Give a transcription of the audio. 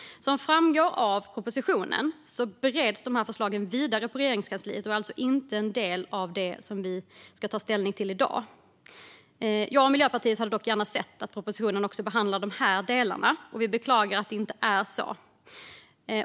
Som framgår av propositionen bereds dessa förslag vidare i Regeringskansliet och är alltså inte en del av det som vi ska ta ställning till i dag. Jag och Miljöpartiet hade dock gärna sett att propositionen också hade behandlat de här delarna och beklagar att det inte är så.